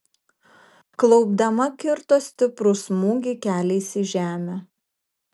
klaupdama kirto stiprų smūgį keliais į žemę